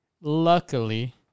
luckily